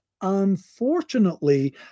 unfortunately